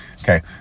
okay